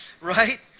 right